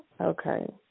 Okay